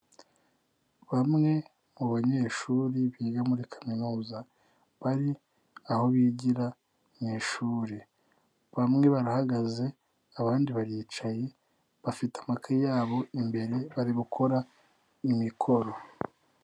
Bamwe mubanyeshuri biga muri kaminuza bari aho bigira mu ishuri, bamwe barahagaze abandi baricaye bafite amakaye yabo imbere bari gukora imikoro.